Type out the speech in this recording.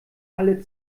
alle